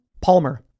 Palmer